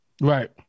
Right